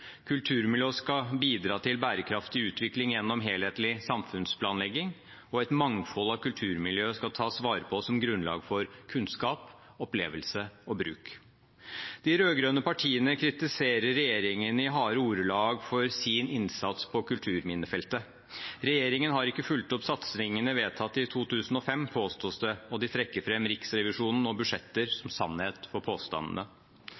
skal bidra til bærekraftig utvikling gjennom helhetlig samfunnsplanlegging. Et mangfold av kulturmiljø skal tas vare på som grunnlag for kunnskap, opplevelse og bruk. De rød-grønne partiene kritiserer regjeringen i harde ordelag for sin innsats på kulturminnefeltet. Regjeringen har ikke fulgt opp satsingene vedtatt i 2005, påstås det, og de trekker fram Riksrevisjonen og budsjetter som sannhet for påstandene.